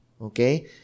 Okay